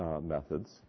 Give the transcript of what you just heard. Methods